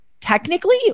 technically